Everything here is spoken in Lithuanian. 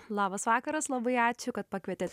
labas vakaras labai ačiū kad pakvietėt